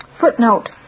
Footnote